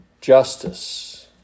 justice